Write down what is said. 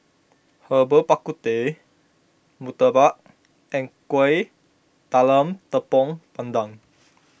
Herbal Bak Ku Teh Murtabak and Kuih Talam Tepong Pandan